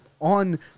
on